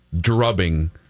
drubbing